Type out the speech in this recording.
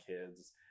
kids